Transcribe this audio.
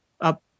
up